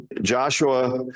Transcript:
Joshua